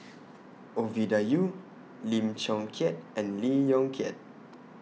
Ovidia Yu Lim Chong Keat and Lee Yong Kiat